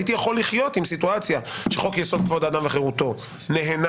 הייתי יכול לחיות עם סיטואציה שחוק יסוד: כבוד האדם וחירותו נהנה